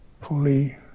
fully